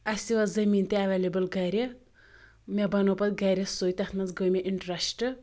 اَسہِ ٲس زٔمیٖن تہِ اٮ۪ویلیبٕل گَرِ مےٚ بَنوو پَتہٕ گَرِ سُے تَتھ منٛز گٔے مےٚ اِنٹرٛسٹ